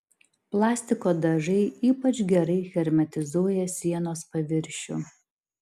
plastiko dažai ypač gerai hermetizuoja sienos paviršių